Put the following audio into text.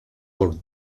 por